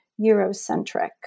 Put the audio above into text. Eurocentric